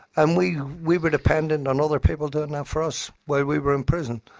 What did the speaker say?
and we we were dependent on other people doing that for us while we were in prison.